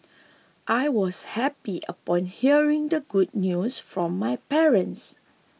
I was happy upon hearing the good news from my parents